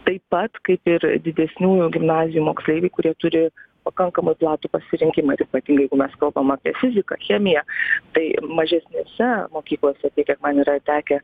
taip pat kaip ir didesniųjų gimnazijų moksleiviai kurie turi pakankamai platų pasirinkimą taip pat jeigu mes kalbam apie fiziką chemiją tai mažesnėse mokyklose tiek kiek man yra tekę